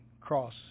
Cross